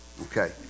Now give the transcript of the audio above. Okay